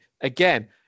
Again